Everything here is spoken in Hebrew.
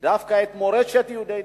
דווקא את מורשת יהודי אתיופיה: